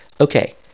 Okay